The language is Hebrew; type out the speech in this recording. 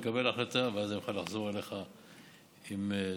נקבל החלטה ואז אוכל לחזור אליך עם תוצאות.